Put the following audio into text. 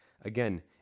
again